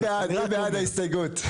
מי בעד ההסתייגות?